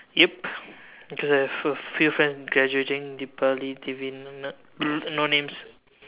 yup because I have a few friends graduating deepali tivind no names